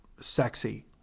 sexy